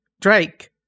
Drake